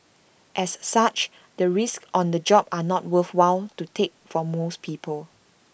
as such the risks on the job are not worthwhile to take for most people